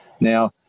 Now